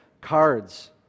cards